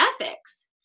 ethics